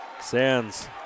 Sands